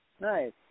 Nice